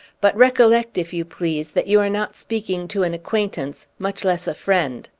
but recollect, if you please, that you are not speaking to an acquaintance, much less a friend!